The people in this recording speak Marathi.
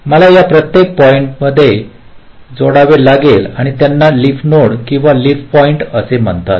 मला या प्रत्येक पॉईंट त हे जोडावे लागेल आणि त्यांना लीफ नोड किंवा लीफ पॉइंट्स म्हणतात